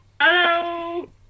Hello